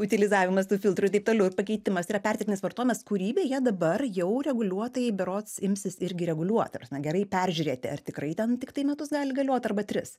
utilizavimas tų filtrų ir taip toliau ir pakeitimas yra perteklinis vartojimas kurį beje dabar jau reguliuotojai berods imsis irgi reguliuot ta prasme gerai peržiūrėti ar tikrai ten tiktai metus gali galiot arba tris